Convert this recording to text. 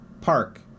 park